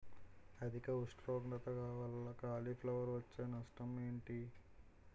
అధిక ఉష్ణోగ్రత వల్ల కాలీఫ్లవర్ వచ్చే నష్టం ఏంటి?